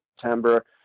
September